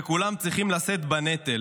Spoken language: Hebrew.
וכולם צריכים לשאת בנטל,